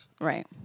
right